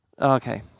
Okay